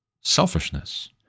selfishness